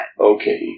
Okay